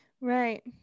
Right